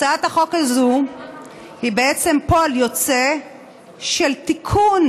הצעת החוק הזאת היא בעצם פועל יוצא של תיקון,